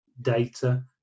data